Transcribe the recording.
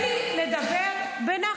אתם השארתם את כסיף.